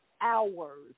hours